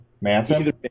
Manson